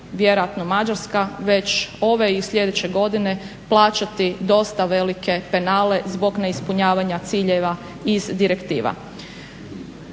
vjerojatno Mađarska već ove i sljedeće godine plaćati dosta velike penale zbog neispunjavanja ciljeva iz direktiva.